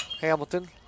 Hamilton